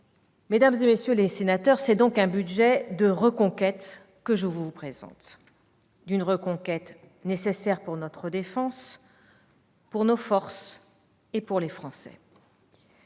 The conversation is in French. Mesdames, messieurs les sénateurs, c'est un budget de reconquête que je vous présente, d'une reconquête nécessaire pour notre défense, pour nos forces, pour les Français.